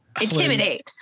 Intimidate